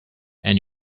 and